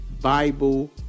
bible